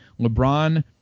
LeBron